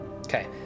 Okay